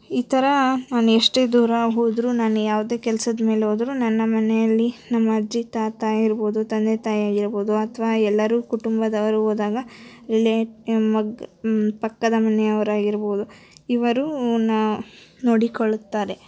ಈ ಥರ ನಾನು ಎಷ್ಟೇ ದೂರ ಹೋದರೂ ನಾನು ಯಾವುದೇ ಕೆಲ್ಸದ ಮೇಲೆ ಹೋದ್ರೂ ನನ್ನ ಮನೆಯಲ್ಲಿ ನಮ್ಮ ಅಜ್ಜಿ ತಾತ ಆಗಿರ್ಬೋದು ತಂದೆ ತಾಯಿ ಆಗಿರ್ಬೋದು ಅಥ್ವಾ ಎಲ್ಲರೂ ಕುಟುಂಬದವರು ಹೋದಾಗ ರಿಲೇ ಮಗ್ ಪಕ್ಕದ ಮನೆಯವರಾಗಿರ್ಬೋದು ಇವರು ನ ನೋಡಿಕೊಳ್ಳುತ್ತಾರೆ